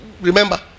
remember